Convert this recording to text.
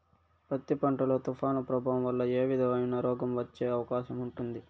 పత్తి పంట లో, తుఫాను ప్రభావం వల్ల ఏ విధమైన రోగం వచ్చే అవకాశం ఉంటుంది?